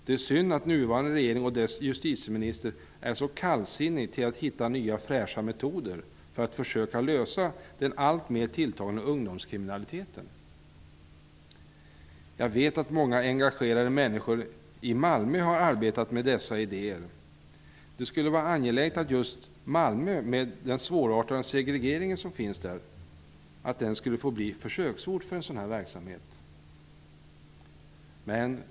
Det är synd att nuvarande regering och dess justitieminister är så kallsinniga till att hitta nya och fräscha metoder för att försöka lösa den alltmer tilltagande ungdomskriminaliteten. Jag vet att många engagerade människor i Malmö har arbetat med dessa idéer. Det skulle vara angeläget att just Malmö, med den svårartade segregering som finns där, fick bli försöksort för en sådan här verksamhet.